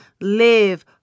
live